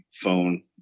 phone